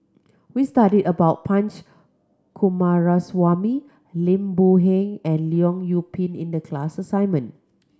we studied about Punch Coomaraswamy Lim Boon Heng and Leong Yoon Pin in the class assignment